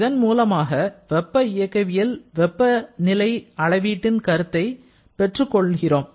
இதன் மூலமாக வெப்ப இயக்கவியல் வெப்பநிலை அளவீட்டின் கருத்தை நாம் பெற்றுக் கொள்கிறோம்